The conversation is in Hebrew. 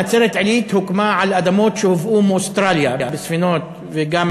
נצרת-עילית הוקמה על אדמות שהובאו מאוסטרליה בספינות וגם